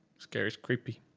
scary is creepy.